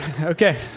okay